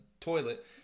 toilet